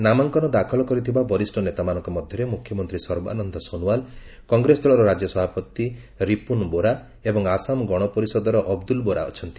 ନାମଙ୍କନ ଦାଖଲ କରିଥିବା ବରିଷ୍ଠ ନେତାମାନଙ୍କ ମଧ୍ୟରେ ମୁଖ୍ୟମନ୍ତ୍ରୀ ସର୍ବାନନ୍ଦ ସୋନୱାଲ କଂଗ୍ରେସ ଦଳର ରାଜ୍ୟ ସଭାପତି ରିପୁନ ବୋରା ଏବଂ ଆସାମ ଗଣପରିଷଦର ଅବଦୁଲ ବୋରା ଅଛନ୍ତି